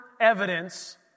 evidence